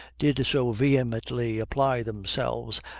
did so vehemently apply themselves,